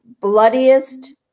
bloodiest